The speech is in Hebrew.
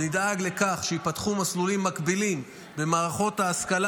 ונדאג לכך שייפתחו מסלולים מקבילים במערכות ההשכלה